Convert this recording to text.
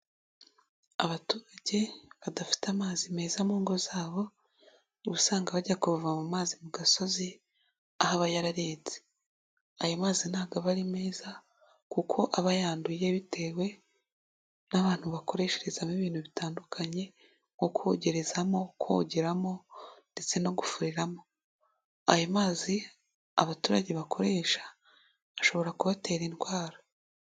Abaturage badafite amazi meza mu ngo zabo, uba usanga bajya kuvoma mazi mu gasozi, aho aba yararetse. Ayo mazi ntawo aba ari meza, kuko aba yanduye bitewe n'abantu bakoresherezamo ibintu bitandukanye, nko kogerezamo, kogeramo ndetse no gufuriramo. Ayo mazi abaturage bakoresha ashobora kubatera indwara.